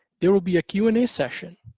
there will be a q and a session.